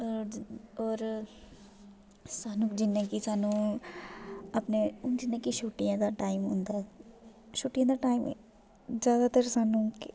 होर सानूं जि'यां कि सानूं अपने हून जि'यां कि छुट्टियें दा टाइम होंदा ऐ छुट्टियें दा टाइम जादातर सानूं